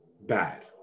bad